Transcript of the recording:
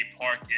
Park